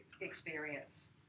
experience